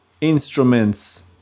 instruments